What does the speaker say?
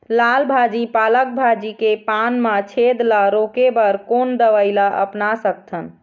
लाल भाजी पालक भाजी के पान मा छेद ला रोके बर कोन दवई ला अपना सकथन?